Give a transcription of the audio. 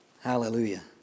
Hallelujah